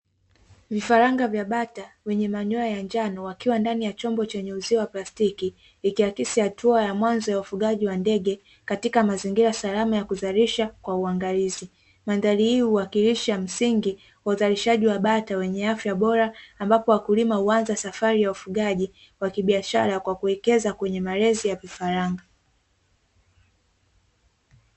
Vifaranga vya bata wenye manyoya ya njano wakiwa ndani ya chombo chenye uzio wa plastiki ikiakisi hatua ya mwanzo ya ufugaji wa ndege katika mazingira salama ya kuzalisha kwa uangalizi. Mandhari hii huwakilisha msingi wa uzalishaji wa bata wenye afya bora ambapo wakulima huanza safari ya ufugaji wa kibiashara kwa kuwekeza kwenye malezi ya vifaranga.